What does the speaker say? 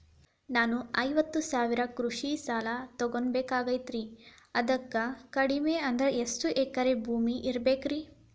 ನಾನು ಐವತ್ತು ಸಾವಿರ ಕೃಷಿ ಸಾಲಾ ತೊಗೋಬೇಕಾಗೈತ್ರಿ ಅದಕ್ ಕಡಿಮಿ ಅಂದ್ರ ಎಷ್ಟ ಎಕರೆ ಭೂಮಿ ಇರಬೇಕ್ರಿ?